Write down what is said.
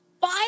Five